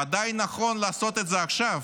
ודאי נכון לעשות את זה עכשיו,